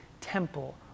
temple